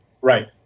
Right